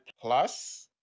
Plus